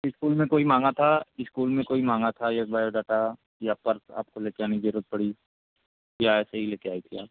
school में कोई माँगा था इस्कूल में कोई माँगा था यह बायोडाटा या पर्स आपको लेकर आने की ज़रूरत पड़ी या ऐसे ही लेकर आई थी आप